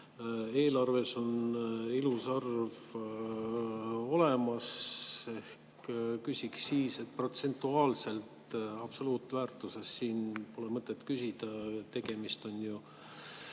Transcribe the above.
eelarves on ilus arv olemas. Küsiks siis protsentuaalselt, absoluutväärtuses siin pole mõtet küsida, tegemist on ju